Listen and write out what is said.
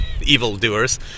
evildoers